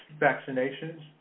vaccinations